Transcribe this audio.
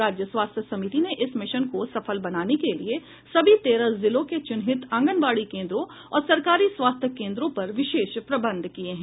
राज्य स्वास्थय समिति ने इस मिशन को सफल बनाने के लिए सभी तेरह जिलों के चिन्हित आंगनबाडी केन्द्रों और सरकारी स्वास्थय केन्द्रों पर विशेष प्रबंध किये हैं